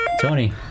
Tony